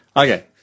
Okay